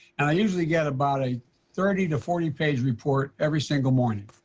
and i usually get about a thirty to forty page report every single morning.